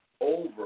over